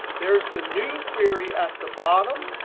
there's the new query at the bottom.